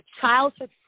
childhood